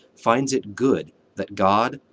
finds it good that god,